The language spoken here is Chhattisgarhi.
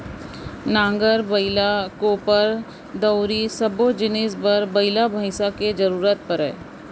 नांगर, बइला, कोपर, दउंरी सब्बो जिनिस बर बइला भईंसा के जरूरत परय